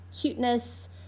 cuteness